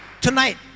tonight